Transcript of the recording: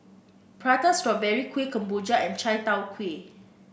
Prata Strawberry Kuih Kemboja and Chai Tow Kuay